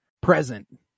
present